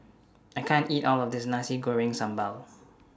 I can't eat All of This Nasi Goreng Sambal